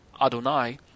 Adonai